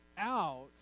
out